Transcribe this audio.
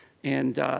and